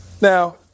Now